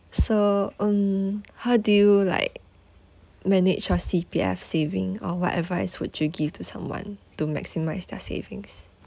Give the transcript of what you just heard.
so mm how do you like manage your C_P_F saving or what advice would you give to someone to maximise their savings